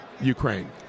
ukraine